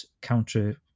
counter